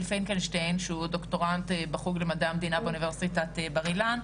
פינקלשטיין שהוא דוקטורנט בחוג למדעי המדינה באוניברסיטת בר-אילן,